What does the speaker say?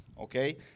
okay